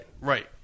Right